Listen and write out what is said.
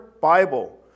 Bible